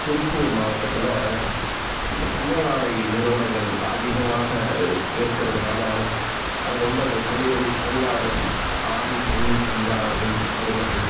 திருப்பூர் மாவட்டத்தில் இந்தப் பின்னலாடை நிறுவனங்கள் அதிகமாக இருக்கிறதுனால அதில் உள்ள அந்த தொழில்கள் தொழிலாளர்கள் ஆண் பெண் தொழிலாளர்கள் சிறுவர்கள்